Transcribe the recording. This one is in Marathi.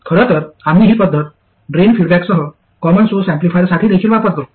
खरं तर आम्ही ही पद्धत ड्रेन फीडबॅकसह कॉमन सोर्स ऍम्प्लिफायरसाठी देखील वापरतो